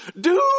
Dude